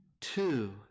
Two